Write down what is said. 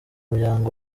muryango